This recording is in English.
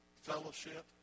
fellowship